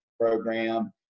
program